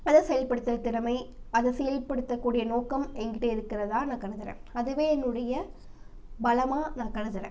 அதை செயல்படுத்துற திறமை அதை செயல்படுத்தக்கூடிய நோக்கம் என்கிட்ட இருக்கிறதா நான் கருதுகிறேன் அதுவே என்னுடைய பலமாக நான் கருதுகிறேன்